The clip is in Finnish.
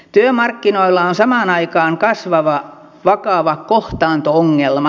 työmarkkinoilla on samaan aikaan kasvava vakava kohtaanto ongelma